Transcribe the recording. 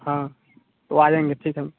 हाँ तो आ जाएँगे ठीक है हम